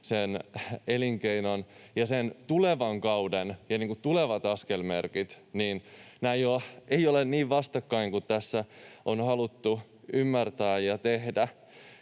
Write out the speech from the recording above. se elinkeino ja sen tulevan kauden tulevat askelmerkit. Nämä eivät ole niin vastakkain kuin tässä on haluttu ymmärtää ja tehdä.